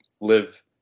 live